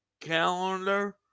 calendar